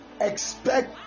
expect